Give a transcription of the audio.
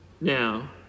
now